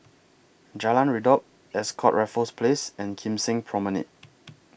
Jalan Redop Ascott Raffles Place and Kim Seng Promenade